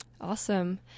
Awesome